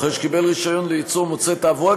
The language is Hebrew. אחרי שקיבל רישיון לייצור מוצרי תעבורה,